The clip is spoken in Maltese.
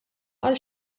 għal